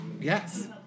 Yes